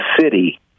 city